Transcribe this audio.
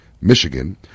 Michigan